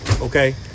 okay